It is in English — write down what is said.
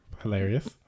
Hilarious